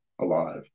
alive